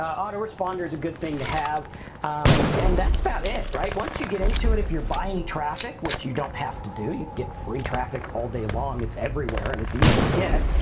auto-responder's a good thing to have and that's about it, right? once you get into it, if you're buying traffic which you don't have to do, you get free traffic all day long, it's everywhere and it's easy to get.